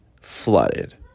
flooded